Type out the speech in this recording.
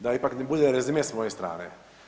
Da ipak ne bude rezime s moje strane.